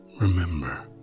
Remember